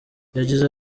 yagize